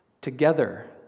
Together